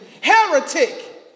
heretic